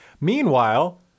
Meanwhile